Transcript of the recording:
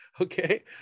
Okay